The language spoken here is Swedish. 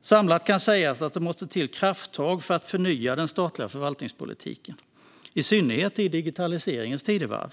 Samlat kan sägas att det måste till krafttag för att förnya den statliga förvaltningspolitiken. Det gäller i synnerhet i digitaliseringens tidevarv.